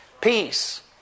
Peace